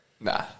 Nah